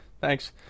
Thanks